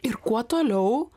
ir kuo toliau